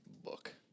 book